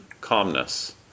calmness